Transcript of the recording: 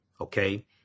okay